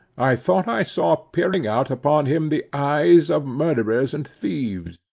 i thought i saw peering out upon him the eyes of murderers and thieves.